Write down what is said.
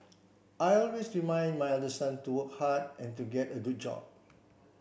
I always remind my elder son to work hard and to get a good job